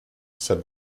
said